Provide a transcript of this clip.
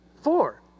Four